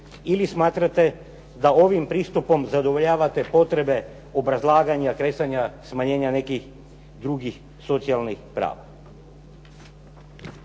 ili smatrate da ovim pristupom zadovoljavate potrebe obrazlaganja, kresanja, smanjenja nekih drugih socijalnih prava.